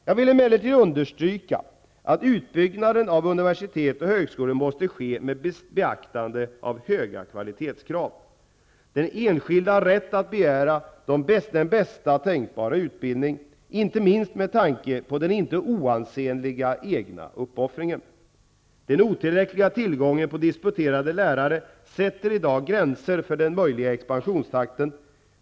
Jag vill emellertid understryka att utbyggnaden av universitet och högskolor måste ske med beaktande av höga kvalitetskrav. Den enskilde har rätt att begära bästa tänkbara utbildning, inte minst med tanke på den inte oansenliga egna uppoffringen. Den otillräckliga tillgången på disputerade lärare sätter i dag gränser för den möjliga expansionstakten.